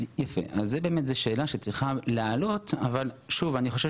זו שאלה שצריכה לעלות, אבל אני חושבת